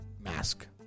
mask